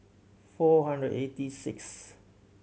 four hundred eighty sixth